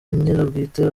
nyir’ubwite